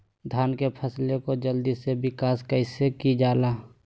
धान की फसलें को जल्दी से विकास कैसी कि जाला?